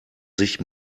sich